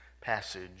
passage